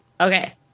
okay